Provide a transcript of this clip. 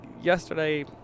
yesterday